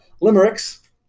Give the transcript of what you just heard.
limericks